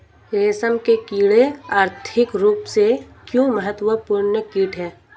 रेशम के कीड़े आर्थिक रूप से क्यों महत्वपूर्ण कीट हैं?